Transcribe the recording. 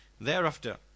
thereafter